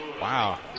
Wow